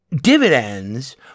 dividends